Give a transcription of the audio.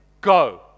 Go